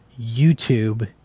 YouTube